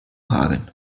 hageln